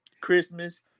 Christmas